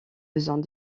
besoins